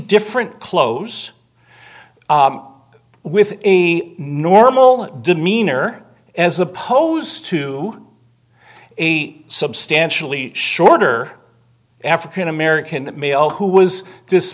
different clothes with a normal demeanor as opposed to a substantially shorter african american male who was